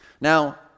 now